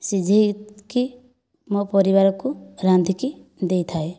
ସିଝେଇକି ମୋ ପରିବାରକୁ ରାନ୍ଧିକି ଦେଇଥାଏ